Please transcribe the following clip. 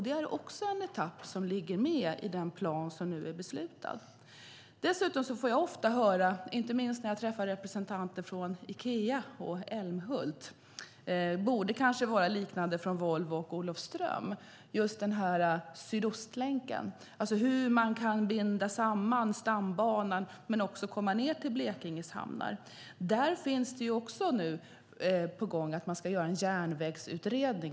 Det är också en etapp som finns med i den plan som är beslutad. När jag träffar representanter från Ikea och Älmhult - det gäller förmodligen också Volvo och Olofström - talar man om Sydostlänken, det vill säga hur man kan binda samman Stambanan och komma till Blekinges hamnar. En järnvägsutredning är nu på gång - det måste man göra först.